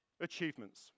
achievements